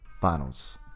finals